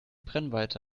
brennweite